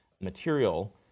material